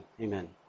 amen